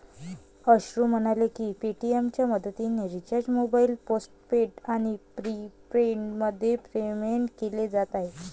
अश्रू म्हणाले की पेटीएमच्या मदतीने रिचार्ज मोबाईल पोस्टपेड आणि प्रीपेडमध्ये पेमेंट केले जात आहे